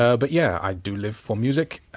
ah but, yeah, i do live for music,